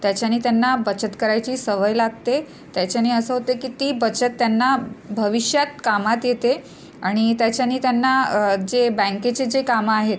त्याच्याने त्यांना बचत करायची सवय लागते त्याच्याने असं होते की ती बचत त्यांना भविष्यात कामात येते आणि त्याच्याने त्यांना जे बँकेचे जे कामं आहेत